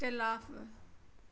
इख़्तिलाफ़ु